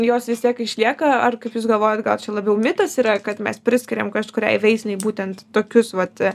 jos vis tiek išlieka ar kaip jūs galvojat gal čia labiau mitas yra kad mes priskiriam kažkuriai veislei būtent tokius vat